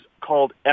called